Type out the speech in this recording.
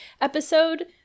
episode